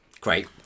Great